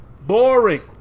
Boring